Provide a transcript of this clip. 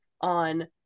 on